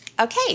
Okay